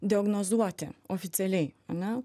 diagnozuoti oficialiai ane